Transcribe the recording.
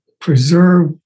Preserve